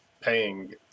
paying